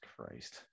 christ